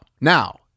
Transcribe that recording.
now